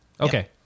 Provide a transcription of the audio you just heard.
Okay